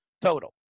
total